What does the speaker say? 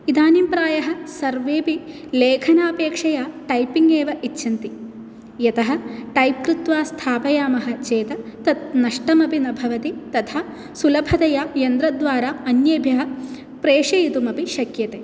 इदानीं प्रायः सर्वेऽपि लेखनापेक्षया टैपिङ्ग एव इच्छन्ति यतः टैप् कृत्वा स्थापयामः चेत् तत् नष्टम् अपि न भवति तथा सुलभतया यन्त्रद्वारा अन्येभ्यः प्रेषयितुम् अपि शक्यते